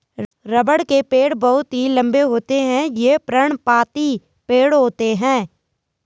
रबड़ के पेड़ बहुत ही लंबे होते हैं ये पर्णपाती पेड़ होते है